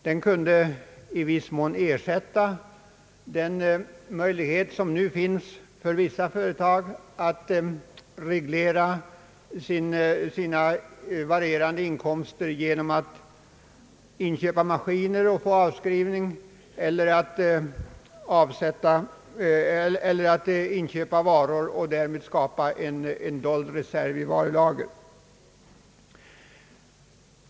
Den kunde i viss mån ersätta den möjlighet som nu finns för vissa företag att reglera sina varierande inkomster genom att de inköper maskiner och på så sätt får möjlighet att göra avskrivningar eller genom att de inköper varor och därmed skapar en dold reserv i varulager.